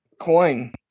coin